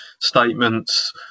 Statements